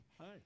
Hi